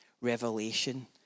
revelation